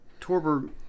Torberg